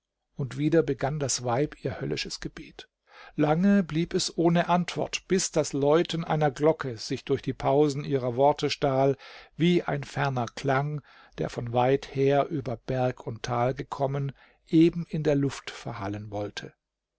und wieder begann das weib ihr höllisches gebet lange blieb es ohne antwort bis das läuten einer glocke sich durch die pausen ihrer worte stahl wie ein ferner klang der von weit her über berg und tal gekommen eben in der luft verhallen wollte